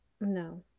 no